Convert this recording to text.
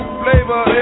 flavor